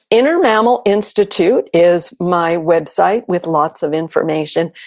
inner mammal institute is my website with lots of information,